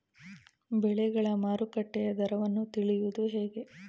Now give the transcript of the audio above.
ಬೆಳೆಗಳ ಮಾರುಕಟ್ಟೆಯ ದರವನ್ನು ತಿಳಿಯುವುದು ಹೇಗೆ?